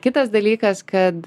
kitas dalykas kad